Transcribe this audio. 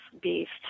beast